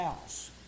house